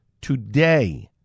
today